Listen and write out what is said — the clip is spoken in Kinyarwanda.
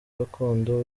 gakondo